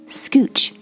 scooch